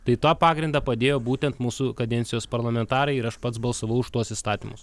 tai tą pagrindą padėjo būtent mūsų kadencijos parlamentarai ir aš pats balsavau už tuos įstatymus